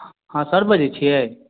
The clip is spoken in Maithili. हँ सर बजै छियै